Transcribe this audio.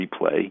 replay